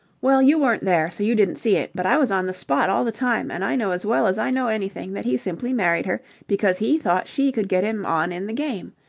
well, you weren't there, so you didn't see it, but i was on the spot all the time, and i know as well as i know anything that he simply married her because he thought she could get him on in the game.